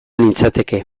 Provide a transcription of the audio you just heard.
nintzateke